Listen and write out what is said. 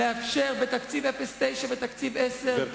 לאפשר בתקציב 2009 ובתקציב 2010 להיכנס